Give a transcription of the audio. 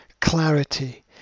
Clarity